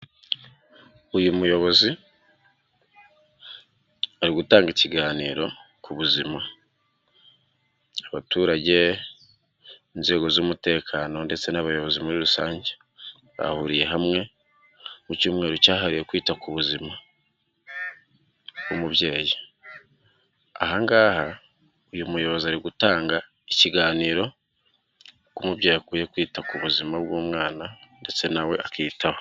Uyu muyobozi ari gutanga ikiganiro ku buzima. Abaturage, inzego z'umutekano ndetse n'abayobozi muri rusange bahuriye hamwe, mu cyumweru cyahariwe kwita ku buzima bw'umubyeyi. Aha ngaha uyu muyobozi ari gutanga ikiganiro, uko umubyeyi akwiye kwita ku buzima bw'umwana ndetse nawe akiyitaho.